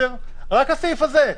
רק הסעיף הזה.